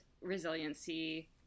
resiliency